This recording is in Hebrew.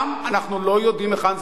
אנחנו לא יודעים היכן זה ייגמר.